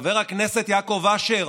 חבר הכנסת יעקב אשר,